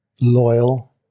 loyal